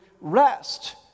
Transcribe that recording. rest